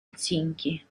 helsinki